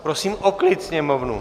Prosím o klid Sněmovnu!